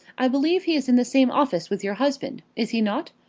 i believe he is in the same office with your husband is he not?